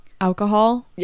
alcohol